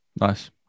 Nice